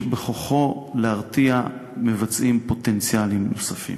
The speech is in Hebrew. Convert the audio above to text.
יש בכוחו להרתיע מבצעים פוטנציאליים נוספים.